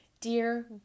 Dear